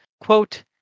Quote